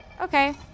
Okay